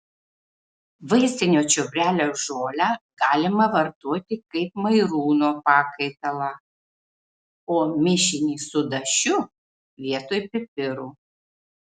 vaistinio čiobrelio žolę galima vartoti kaip mairūno pakaitalą o mišinį su dašiu vietoj pipirų